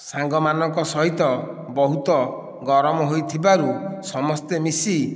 ସାଙ୍ଗମାନଙ୍କ ସହିତ ବହୁତ ଗରମ ହୋଇଥିବାରୁ ସମସ୍ତେ ମିଶି